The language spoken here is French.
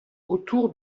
autour